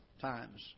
times